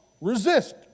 resist